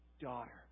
daughter